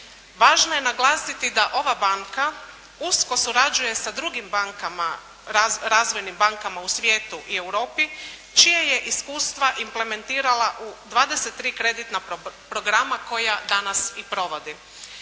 Važno je naglasiti da ova banka usko surađuje sa drugim bankama, razvojnim bankama u svijetu i Europi čija je iskustva implementirala u 23 kreditna programa koja danas i provodi.